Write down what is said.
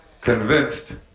convinced